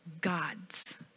gods